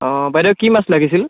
অঁ বাইদেউ কি মাছ লাগিছিল